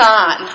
on